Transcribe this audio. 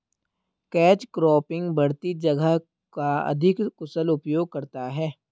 catch cropping बढ़ती जगह का अधिक कुशल उपयोग करता है